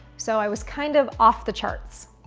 so i was kind of off the charts.